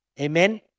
Amen